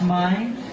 mind